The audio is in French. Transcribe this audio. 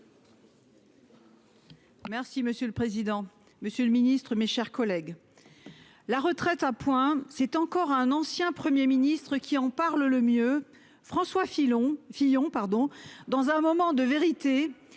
Merci monsieur le président, Monsieur le Ministre, mes chers collègues. La retraite à points c'est encore à un ancien 1er Ministre qui en parlent le mieux. François Filon Fillon pardon dans un moment de vérité,